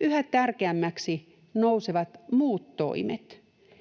yhä tärkeämmiksi nousevat muut toimet.